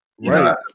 Right